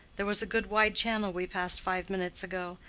there was a good wide channel we passed five minutes ago.